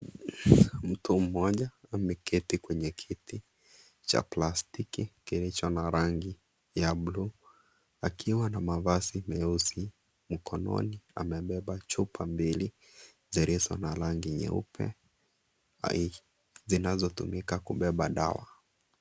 Mti mmoja ameketi kwenye kiti cha plastiki kiliocha na rangu ya bluu. Akiwa na mavazi meusi. Mkononi amebeba chupa mbili zilizo na rangi nyeupe zinazotumika kubeba dawa.